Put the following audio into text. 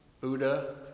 Buddha